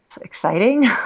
Exciting